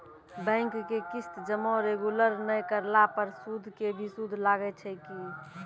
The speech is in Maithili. बैंक के किस्त जमा रेगुलर नै करला पर सुद के भी सुद लागै छै कि?